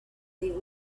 their